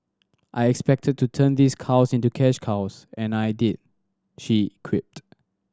I expected to turn these cows into cash cows and I did she quipped